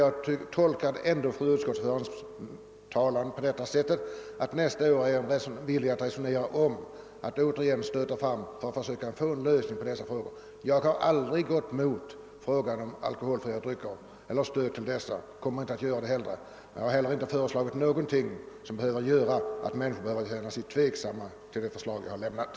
Jag tolkar ändå fru utskottsordförandens anförande så att hon nästa år är villig att resonera om en ny framstöt för att försöka få till stånd en lösning. Jag har aldrig motsatt mig alkoholfria drycker och kommer inte att göra det. Jag har heller inte föreslagit någonting som behöver göra att människor känner sig tveksamma till de förslag jag har framlagt.